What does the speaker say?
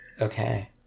Okay